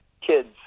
kids